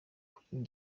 kuri